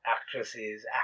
actresses